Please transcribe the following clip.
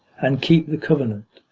and keep the covenant,